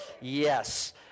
Yes